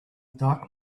dark